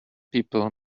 people